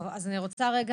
בסדר, אז שלא יהיה.